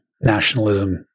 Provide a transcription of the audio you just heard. nationalism